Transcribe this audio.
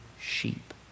sheep